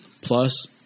plus